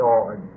Lord